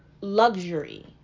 luxury